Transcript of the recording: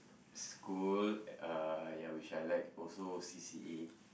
school uh ya which I like also C_C_A